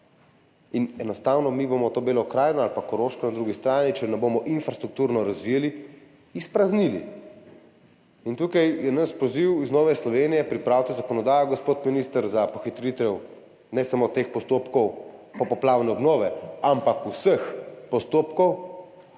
Enostavno bomo mi to Belo krajino ali Koroško na drugi strani, če ne bomo infrastrukturno razvijali, izpraznili. Tukaj je naš poziv iz Nove Slovenije, pripravite zakonodajo, gospod minister, za pohitritev ne samo teh postopkov popoplavne obnove, ampak vseh postopkov.